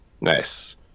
Nice